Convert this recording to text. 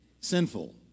sinful